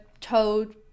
told